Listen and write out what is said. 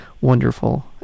wonderful